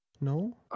No